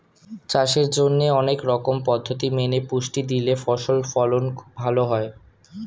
চাষের জন্যে অনেক রকম পদ্ধতি মেনে পুষ্টি দিলে ফসল ফলন ভালো হয়